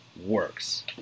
works